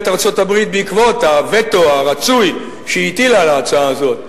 ארצות-הברית בעקבות הווטו הרצוי שהיא הטילה על ההצעה הזו,